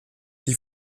die